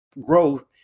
growth